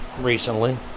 recently